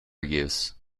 use